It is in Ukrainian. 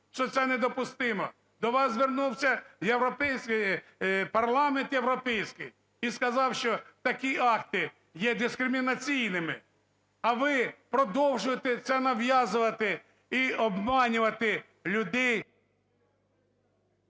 що це недопустимо. До вас звернувся європейський… парламент європейський і сказав, що такі акти є дискримінаційниими. А ви продовжуєте це нав'язувати і обманювати людей…